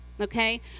okay